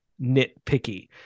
nitpicky